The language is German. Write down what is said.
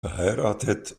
verheiratet